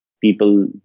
People